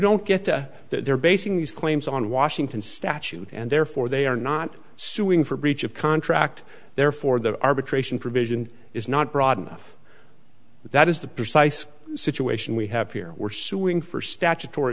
don't get to that they're basing these claims on washington statute and therefore they are not suing for breach of contract therefore the arbitration provision is not broad enough that is the precise situation we have here we're suing for statutory